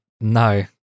No